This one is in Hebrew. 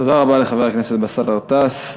תודה רבה לחבר הכנסת באסל גטאס.